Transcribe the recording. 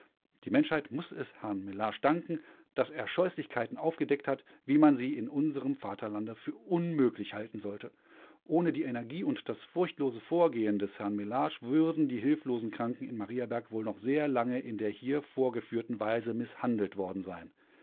die menschheit muß es herrn mellage danken daß er scheußlichkeiten aufgedeckt hat wie man sie in unserem vaterlande für unmöglich halten sollte ohne die energie und das furchtlose vorgehen des herrn mellage würden die hilflosen kranken in mariaberg wohl noch sehr lange in der hier vorgeführten weise mißhandelt worden sein